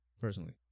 personally